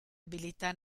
abilità